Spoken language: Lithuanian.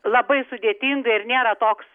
labai sudėtinga ir nėra toks